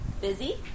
busy